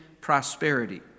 prosperity